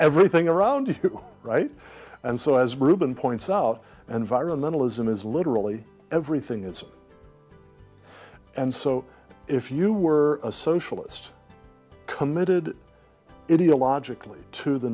everything around right and so as ruben points out and viral mentalism is literally everything it's and so if you were a socialist committed india logically to the